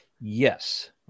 Yes